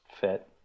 fit